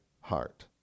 heart